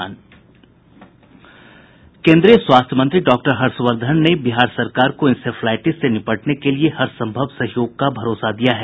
केन्द्रीय स्वास्थ्य मंत्री डॉक्टर हर्षवर्द्वन ने बिहार सरकार को इंसेफ्लाईटिस से निपटने के लिए हर संभव सहयोग का भरोसा दिया है